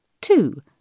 Two